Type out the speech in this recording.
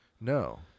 No